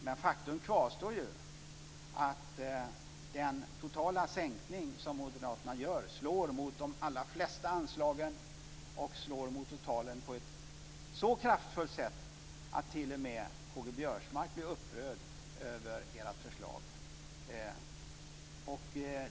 Men faktum kvarstår, nämligen att moderaternas totala sänkning slår mot de allra flesta anslagen och mot totalen på ett så kraftfullt sätt att t.o.m. K-G Biörsmark blir upprörd över ert förslag.